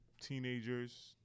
teenagers